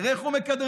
תראה איך הוא מכדרר,